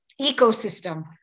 ecosystem